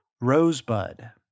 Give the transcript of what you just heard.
Rosebud